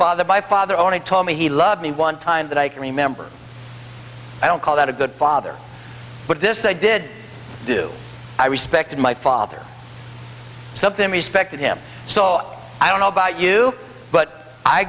father my father only told me he loved me one time that i can remember i don't call that a good father but this i did do i respected my father something respected him so i don't know about you but i